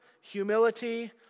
humility